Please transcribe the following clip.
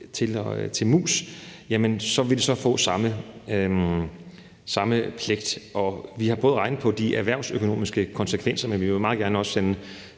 til mus, vil de få samme pligt. Vi har både regnet på de erhvervsøkonomiske konsekvenser, men vi vil meget gerne også sende